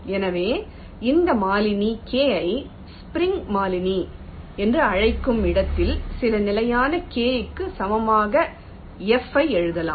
எனவே இந்த மாறிலி k ஐ ஸ்ப்ரிங் மாறிலி என்று அழைக்கும் இடத்தில் சில நிலையான k க்கு சமமாக F ஐ எழுதலாம்